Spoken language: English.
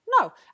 no